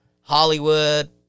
Hollywood